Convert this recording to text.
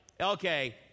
okay